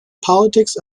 politics